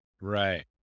Right